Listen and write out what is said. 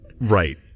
Right